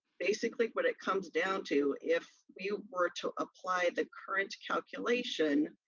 basically, what it comes down to, if you were to apply the current calculation,